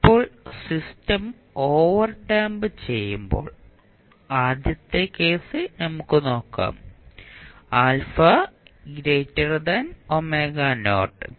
ഇപ്പോൾ system overdamp ചെയ്യുമ്പോൾ ആദ്യത്തെ കേസ് നമുക്ക് നോക്കാം ɑ